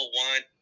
want